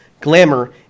glamour